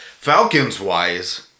Falcons-wise